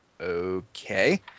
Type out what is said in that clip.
okay